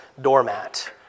doormat